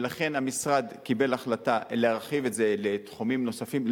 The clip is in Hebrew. ולכן המשרד קיבל החלטה להרחיב את זה לתחומים נוספים,